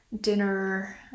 dinner